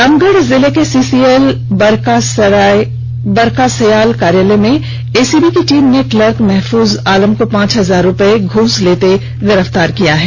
रामगढ़ जिले के सीसीएल बरका सयाल कार्यालय में एसीबी की टीम ने क्लर्क महफूज आलम को पांच हजार रूपये घूस लेते गिरफ्तार किया है